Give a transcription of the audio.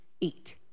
eat